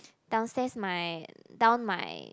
downstairs my down my